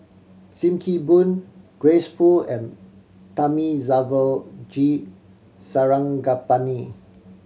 Sim Kee Boon Grace Fu and Thamizhavel G Sarangapani